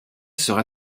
sera